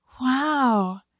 Wow